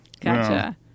gotcha